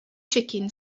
chicken